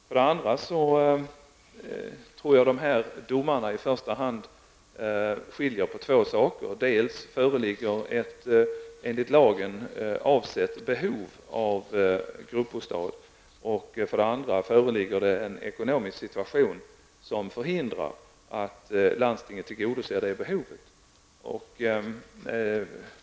För det andra tror jag att dessa domar skiljer mellan två saker. Föreligger det ett enligt lagen avsett behov av gruppbostad? Föreligger det en ekonomisk situation som förhindrar att landstingen tillgodoser det behovet?